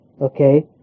okay